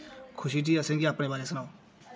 खुशी जी असेंगी अपने बारे सनाओ